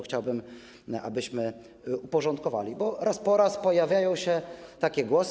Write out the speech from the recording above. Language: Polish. Chciałbym, abyśmy to uporządkowali, bo raz po raz pojawiają się takie głosy.